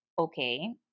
okay